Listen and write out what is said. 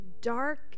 dark